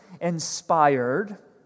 inspired